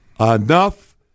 Enough